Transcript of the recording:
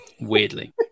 weirdly